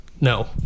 No